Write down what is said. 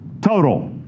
total